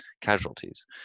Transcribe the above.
casualties